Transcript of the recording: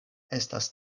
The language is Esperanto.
estas